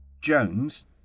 Jones